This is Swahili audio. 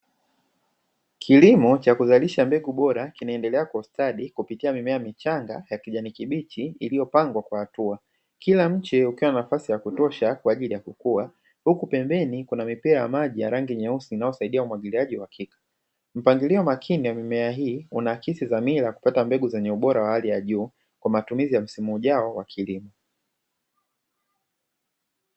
Kilimo cha kuzalisha mbegu bora kinaendelea kwa ustadi kupitia mimea michanga ya kijani kibichi iliyopangwa kwa hatua, kila mche ukiwa na nafasi ya kutosha kwajili ya kukua, uku pembeni kuna mipira ya rangi nyeusi inayosahidia umwagiliaji wa maji wa uwakika mpangilio makini wa mimea hii unaakisi dhamira ya kupata mbegu zenye uwakika na ubora wa hali ya juu, kwa matumizi ya msimu ujao wa kilimo.